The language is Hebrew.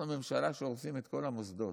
אנחנו, הממשלה, הורסים את כל המוסדות.